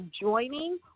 joining